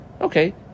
Okay